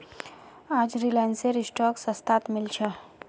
आज रिलायंसेर स्टॉक सस्तात मिल छ